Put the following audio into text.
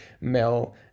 Mel